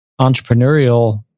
entrepreneurial